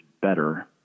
better